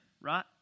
right